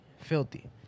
filthy